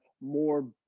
more